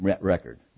record